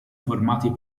formati